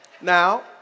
Now